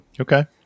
okay